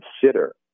consider